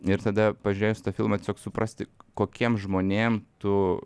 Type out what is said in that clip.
ir tada pažiūrėjus tą filmą tiesiog suprasti kokiem žmonėm tu